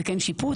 זה כן שיפוץ,